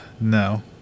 No